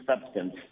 substance